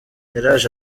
yaraje